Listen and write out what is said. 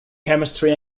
chemistry